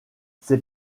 ses